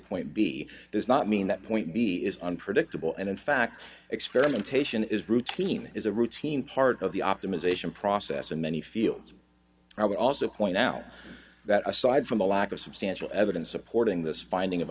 point b does not mean that point b is unpredictable and in fact experimentation is routine is a routine part of the optimization process and many fields are also now that aside from the lack of substantial evidence supporting this finding of